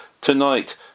tonight